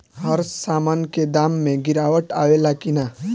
हर सामन के दाम मे गीरावट आवेला कि न?